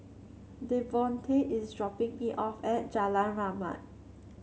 Devontae is dropping me off at Jalan Rahmat